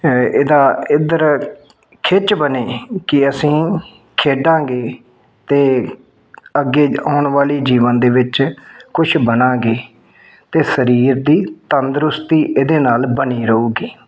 ਇਹਦਾ ਇੱਧਰ ਖਿੱਚ ਬਣੇ ਕਿ ਅਸੀਂ ਖੇਡਾਂਗੇ ਅਤੇ ਅੱਗੇ ਆਉਣ ਵਾਲੀ ਜੀਵਨ ਦੇ ਵਿੱਚ ਕੁਛ ਬਣਾਗੇ ਅਤੇ ਸਰੀਰ ਦੀ ਤੰਦਰੁਸਤੀ ਇਹਦੇ ਨਾਲ ਬਣੀ ਰਹੂਗੀ